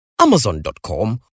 Amazon.com